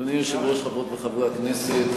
אדוני היושב-ראש, חברות וחברי הכנסת,